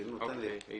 מי בעד, שירים את